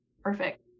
Perfect